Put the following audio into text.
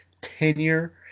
tenure